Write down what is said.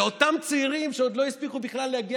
לאותם צעירים שעוד לא הספיקו בכלל להגיע